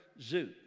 zoo